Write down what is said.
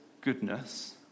goodness